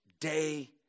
day